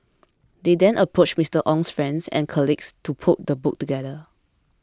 they then approached Mister Ong's friends and colleagues to put the book together